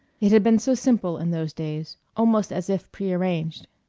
it had been so simple, in those days, almost as if prearranged.